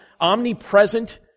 omnipresent